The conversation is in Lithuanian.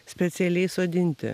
specialiai sodinti